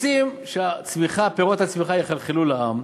רוצים שפירות הצמיחה יחלחלו לעם,